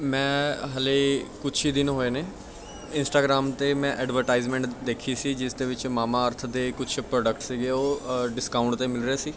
ਮੈਂ ਹਜੇ ਕੁਛ ਹੀ ਦਿਨ ਹੋਏ ਨੇ ਇੰਸਟਾਗ੍ਰਾਮ 'ਤੇ ਮੈਂ ਐਡਵਰਟਾਈਜਮੈਂਟ ਦੇਖੀ ਸੀ ਜਿਸ ਦੇ ਵਿੱਚ ਮਮਾਅਰਥ ਦੇ ਕੁਛ ਪ੍ਰੋਡਕਟ ਸੀਗੇ ਉਹ ਡਿਸਕਾਊਂਟ 'ਤੇ ਮਿਲ ਰਹੇ ਸੀ